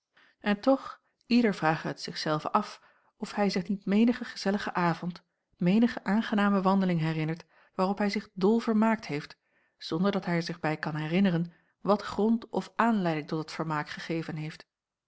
en toch ieder vrage het zich zelven af of hij zich niet menigen gezelligen avond menige aangename wandeling herinnert waarop hij zich dol vermaakt heeft zonder dat hij er zich bij kan herinneren wat grond of aanleiding tot dat vermaak gegeven heeft